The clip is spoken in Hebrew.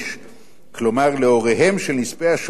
כלומר להוריהם של נספי השואה או צאצאיהם,